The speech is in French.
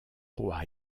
roi